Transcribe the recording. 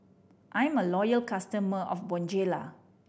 I'm a loyal customer of Bonjela